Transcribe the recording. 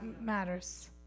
matters